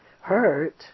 hurt